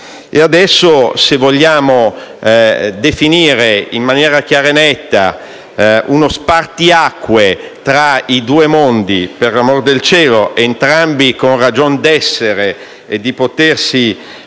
adesso se vogliamo definire in maniera chiara e netta uno spartiacque tra i due mondi, per l'amor del cielo entrambi con ragioni di essere e di potersi